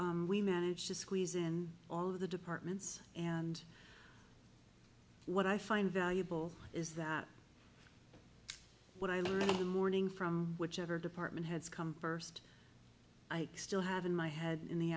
we managed to squeeze in all of the departments and what i find valuable is that what i learned a morning from whichever department heads come first i still have in my head in the